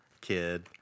kid